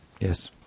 Yes